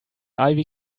ivy